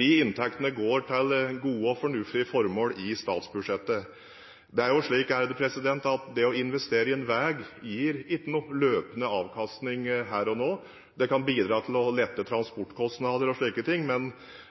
De inntektene går til gode og fornuftige formål i statsbudsjettet. Det å investere i en veg gir ikke noen løpende avkastning her og nå. Det kan bidra til å lette transportkostnader og slike ting, men